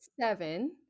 seven